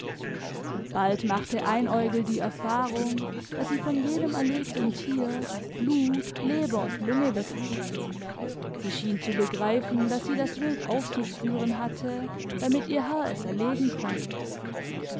bald machte einäugel die erfahrung daß sie von jedem erlegten tier blut leber und lunge bekam sie schien zu begreifen daß sie das wild aufzuspüren hatte damit ihr herr es erlegen konnte